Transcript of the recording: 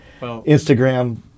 Instagram